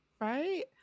Right